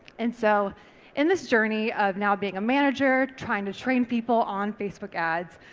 and so in this journey of now being a manager trying to train people on facebook ads,